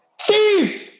Steve